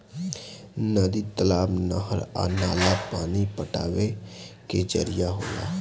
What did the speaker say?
नदी, तालाब, नहर आ नाला पानी पटावे के जरिया होला